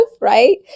right